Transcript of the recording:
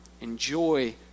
enjoy